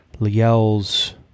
Liel's